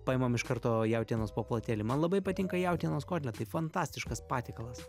paimam iš karto jautienos paplotėlį man labai patinka jautienos kotletai fantastiškas patiekalas